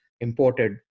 imported